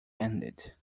ended